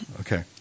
Okay